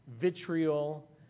vitriol